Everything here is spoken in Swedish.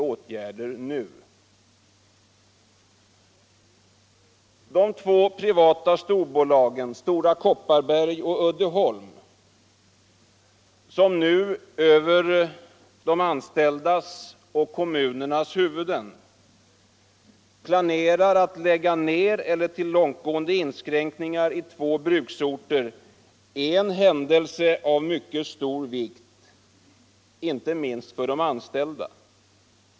All de två privata storbolagen — Stora Kopparberg och Uddeholm = nu över de anställdas och kommunernas huvuden planerar att lägga ned verksamheten eller att företa långtgående inskränkningar i två bruksorter är en händelse av mycket stor vikt, inte minst för de anställda.